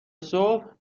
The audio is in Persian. صبح